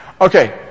Okay